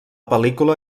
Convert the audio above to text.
pel·lícula